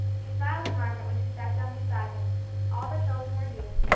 he smiled at margaret when she sat down beside him all the children were dear,